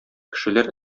кешеләр